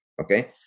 Okay